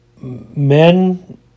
men